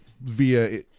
via